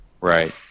Right